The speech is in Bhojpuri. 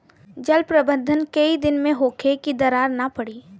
जल प्रबंधन केय दिन में होखे कि दरार न पड़ी?